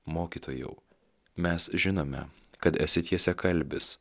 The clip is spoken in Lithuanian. mokytojau mes žinome kad esi tiesiakalbis